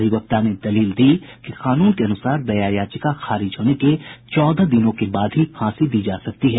अधिवक्ता ने दलील दी कि कानून के अनूसार दया याचिका खारिज होने के चौदह दिनों के बाद ही फांसी दी जा सकती है